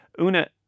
Una